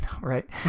right